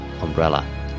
Umbrella